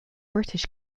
british